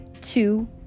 two